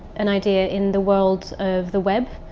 an idea in the world of the web.